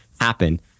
happen